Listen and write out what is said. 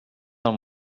del